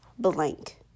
Blank